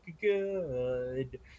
good